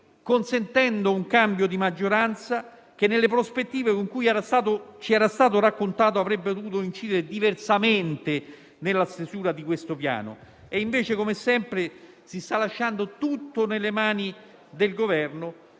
consentendo un cambio di maggioranza che, nelle prospettive in cui ci era stato raccontato, avrebbe dovuto incidere diversamente sulla stesura del Piano. Come sempre, invece, si sta lasciando tutto nelle mani del Governo,